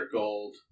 gold